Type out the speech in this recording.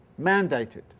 mandated